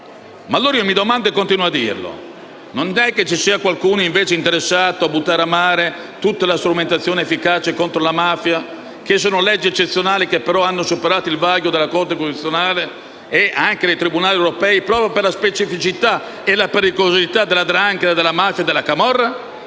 Mi domando, allora, e continuo a dirlo: non è che forse qualcuno è interessato a buttare a mare tutta la strumentazione efficace contro la mafia, che sono leggi eccezionali che però hanno superato il vaglio della Corte costituzionale e anche dei tribunali europei proprio per la specificità e la pericolosità della 'ndrangheta, della mafia e della camorra?